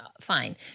Fine